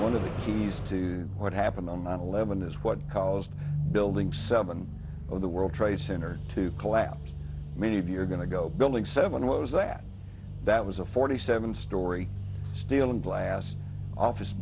one of the keys to what happened on nine eleven is what caused building seven of the world trade center to collapse many of you are going to go building seven was that that was a forty seven story steel and glass office